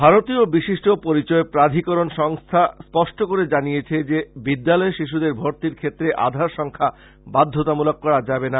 ভারতীয় বিশিষ্ট পরিচয় প্রাধিকরন স্পষ্ট করে জানিয়েছে যে বিদ্যালয়ে শিশুদের ভর্ত্তির ক্ষেত্রে আধার সংখ্যা বাধ্যতামূলক করা যাবে না